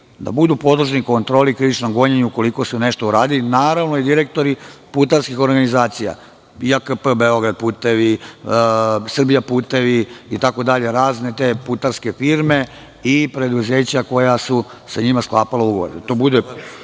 da budu podložni kontroli i krivičnom gonjenju ukoliko su nešto uradile, naravno, i direktori putarskih organizacija, JKP "Beograd putevi", "Srbija putevi" itd, razne putarske firme i preduzeća koja su sa njima sklapala ugovore.